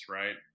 right